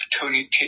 opportunity